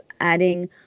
adding